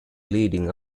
leading